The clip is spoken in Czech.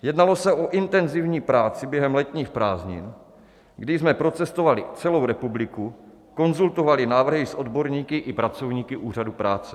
Jednalo se o intenzivní práci během letních prázdnin, kdy jsme procestovali celou republiku, konzultovali návrhy s odborníky i pracovníky Úřadu práce.